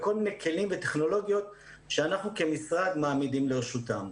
בכל מיני כלים וטכנולוגיות שאנחנו כמשרד מעמידים לרשותם.